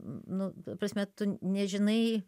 nu ta prasme tu nežinai